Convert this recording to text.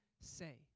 say